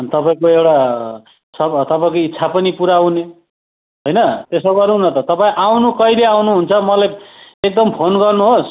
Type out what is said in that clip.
तपाईँको एउटा तपाईँको इच्छा पनि पुरा हुने होइन त्यसो गरौँ न त तपाईँ आउनु कहिले आउनुहुन्छ मलाई एकदम फोन गर्नुहोस्